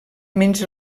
menys